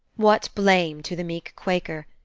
what blame to the meek quaker,